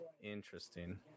Interesting